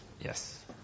Yes